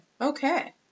Okay